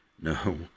No